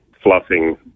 fluffing